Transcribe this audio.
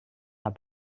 haar